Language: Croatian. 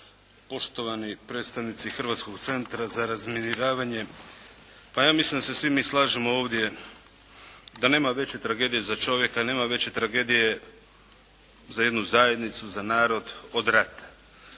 poštovani predstavnici Hrvatskog centra za razminiravanje pa ja mislim da se svi mi slažemo ovdje da nema veće tragedije za čovjeka, nema veće tragedije za jednu zajednicu, za narod od rata.